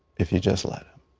if you just let him.